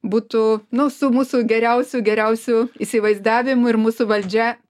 būtų nu su mūsų geriausiu geriausiu įsivaizdavimu ir mūsų valdžia